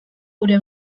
gure